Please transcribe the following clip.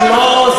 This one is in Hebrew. זה לא,